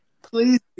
Please